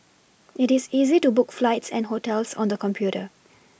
it is easy to book flights and hotels on the computer